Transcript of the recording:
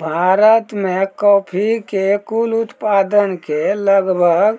भारत मॅ कॉफी के कुल उत्पादन के लगभग